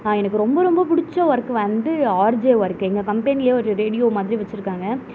எனக்கு ரொம்ப ரொம்ப பிடிச்ச ஒர்க்கு வந்து ஆர்ஜே ஒர்க்கு எங்கள் கம்பெனியிலயே ரேடியோ மாதிரி வச்சிருக்காங்க